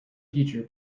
future